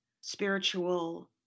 spiritual